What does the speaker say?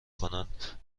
کنند